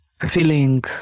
feeling